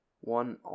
One